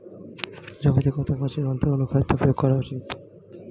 জমিতে কত বছর অন্তর অনুখাদ্য প্রয়োগ করা উচিৎ?